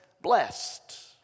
blessed